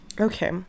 okay